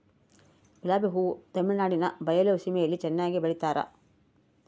ಗುಲಾಬಿ ಹೂ ತಮಿಳುನಾಡಿನ ಬಯಲು ಸೀಮೆಯಲ್ಲಿ ಚೆನ್ನಾಗಿ ಬೆಳಿತಾರ